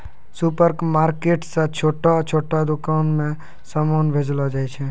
supermarket से छोटो छोटो दुकान मे समान भेजलो जाय छै